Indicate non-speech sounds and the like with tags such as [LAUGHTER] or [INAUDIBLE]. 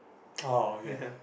[NOISE] oh okay okay